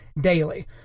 daily